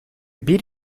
bir